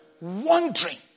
wondering